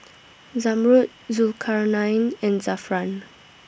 Zamrud Zulkarnain and Zafran